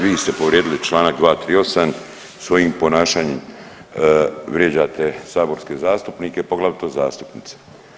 Vi ste povrijedili čl. 238. svojim ponašanjem, vrijeđate saborske zastupnike, poglavito zastupnice.